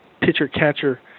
pitcher-catcher